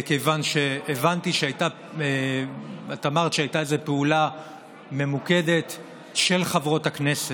כיוון שאמרת שהייתה איזו פעולה ממוקדת של חברות הכנסת.